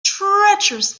treacherous